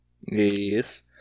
Yes